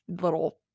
little